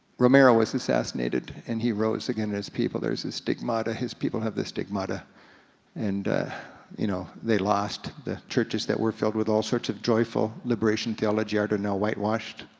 romero was assassinated and he rose again, his people, there's his stigmata, his people have the stigmata and you know they lost the churches that were filled with all sorts of joyful liberation, theology, are there now whitewashed.